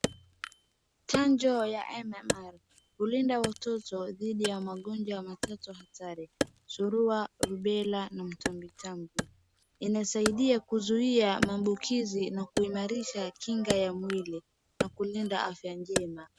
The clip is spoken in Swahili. Chanjo ya MMR hulinda watoto dhidi ya magonjwa matatu hatari, surua, rubela na mtoamtambi. Inasaidia kuzuia maambukizi na kuimarisha kinga ya mwili na kuleta afya njema.